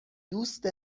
دوست